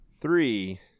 three